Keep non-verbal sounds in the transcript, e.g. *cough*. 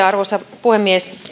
*unintelligible* arvoisa puhemies